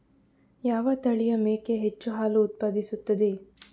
ಯಾವ ತಳಿಯ ಮೇಕೆ ಹೆಚ್ಚು ಹಾಲು ಉತ್ಪಾದಿಸುತ್ತದೆ?